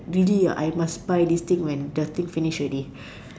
really ah I must buy this things when the thing finish already